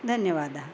धन्यवादाः